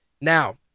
Now